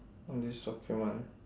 on this document